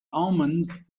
omens